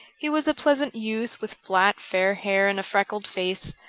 he was a pleasant youth with flat fair hair and a freckled face,